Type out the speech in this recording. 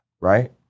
Right